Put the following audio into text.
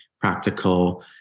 practical